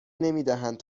نمیدهند